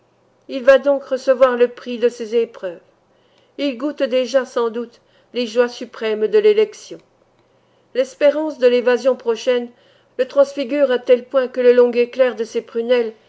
il va donc recevoir le prix de ses épreuves il goûte déjà sans doute les joies suprêmes de l'élection l'espérance de l'évasion prochaine le transfigure à tel point que le long éclair de ses prunelles